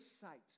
sight